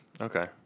okay